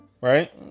right